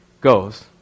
goes